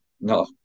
no